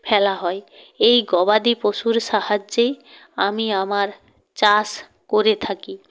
ফেলা হয় এই গবাদি পশুর সাহায্যেই আমি আমার চাষ করে থাকি